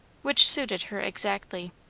which suited her exactly.